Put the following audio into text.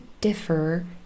differ